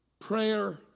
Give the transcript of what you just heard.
prayer